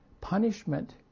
punishment